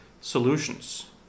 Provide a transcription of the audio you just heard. solutions